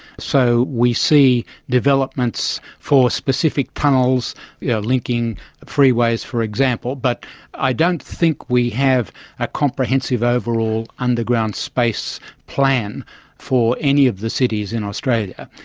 so we see developments for specific tunnels yeah linking freeways, for example, but i don't think we have a comprehensive overall underground space plan for any of the cities in australia.